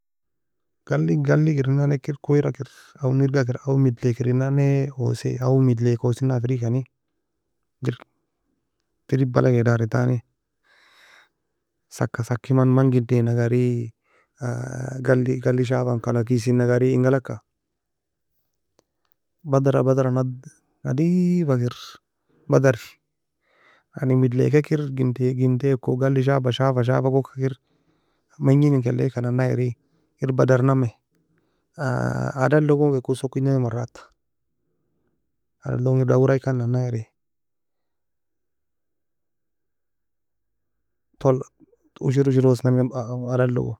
Gali galig ern nanne kir koyera kir aw mirgga kir aw medla kir en nane osai, aw midlaga osenanga firgikani. Engir tripa'alag e darintani suka suki man man gindayn agari gali gali shafa disien agari enga alagka badra badra nud nadiefa kir badari, yan in midlaieka ekir, ginday ginday ko gali shafa shafa shafa ko ikir menji enkailaka nanna eri? Er badarnami, aladlo gon weko sokijnami marrata, talog engir dawira ekan nanna eri tola ushir ushir osenami alad logo.